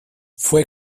fue